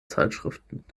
zeitschriften